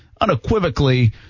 unequivocally